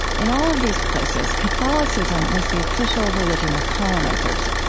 in all of these places, catholicism was the official religion of colonizers.